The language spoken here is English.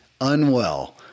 unwell